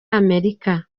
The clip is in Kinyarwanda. amerika